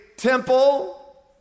temple